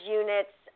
units